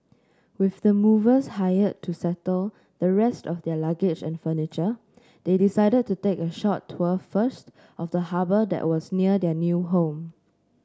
with the movers hired to settle the rest of their luggage and furniture they decided to take a short tour first of the harbour that was near their new home